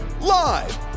live